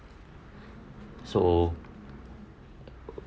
so